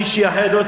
מישהי אחרת,